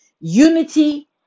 unity